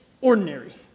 ordinary